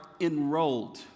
enrolled